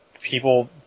people